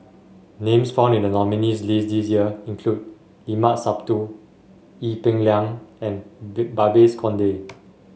names found in the nominees' list this year include Limat Sabtu Ee Peng Liang and Babes Conde